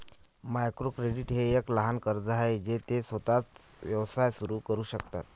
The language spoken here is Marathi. मायक्रो क्रेडिट हे एक लहान कर्ज आहे जे ते स्वतःचा व्यवसाय सुरू करू शकतात